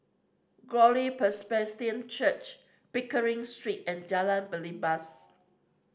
Glory Presbyterian Church Pickering Street and Jalan Belibas